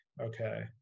okay